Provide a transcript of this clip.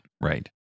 Right